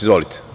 Izvolite.